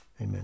Amen